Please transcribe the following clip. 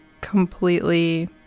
completely